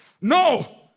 No